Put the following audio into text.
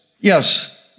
Yes